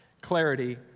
clarity